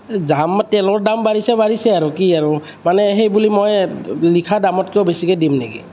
দাম তেলৰ দাম বাঢ়িছে বাঢ়িছে আৰু কি আৰু মানে সেইবুলি মই লিখা দামতকৈও বেছিকৈ দিম নেকি